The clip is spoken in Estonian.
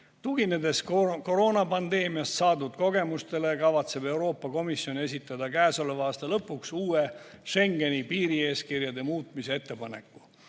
Tuginedes koroonapandeemiast saadud kogemustele, kavatseb Euroopa Komisjon esitada käesoleva aasta lõpuks uue Schengeni piirieeskirjade muutmise ettepaneku.